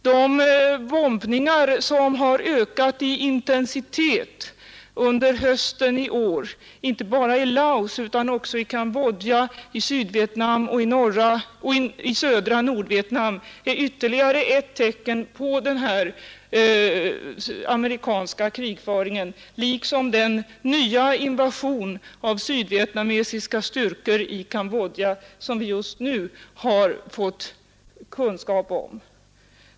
De bombningar som ökade i intensitet under hösten i år inte bara i Laos utan också i Cambodja och Sydvietnam och södra Nordvietnam är ytterligare ett tecken på denna amerikanska krigföring liksom den nya invasionen av sydvietnamesiska styrkor i Cambodja som vi just nu har fått kunskap om.